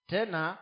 Tena